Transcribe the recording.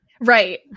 Right